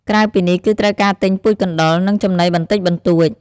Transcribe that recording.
ក្រៅពីនេះគឺត្រូវការទិញពូជកណ្តុរ និងចំណីបន្តិចបន្តួច។